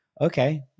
okay